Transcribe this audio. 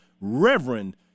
Reverend